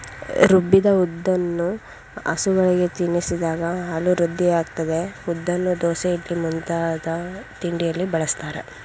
ರುಬ್ಬಿದ ಉದ್ದನ್ನು ಹಸುಗಳಿಗೆ ತಿನ್ನಿಸಿದಾಗ ಹಾಲು ವೃದ್ಧಿಯಾಗ್ತದೆ ಉದ್ದನ್ನು ದೋಸೆ ಇಡ್ಲಿ ಮುಂತಾದ ತಿಂಡಿಯಲ್ಲಿ ಬಳಸ್ತಾರೆ